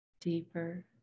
Deeper